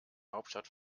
hauptstadt